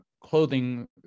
clothing